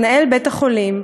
מנהל בית-החולים,